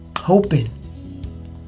Hoping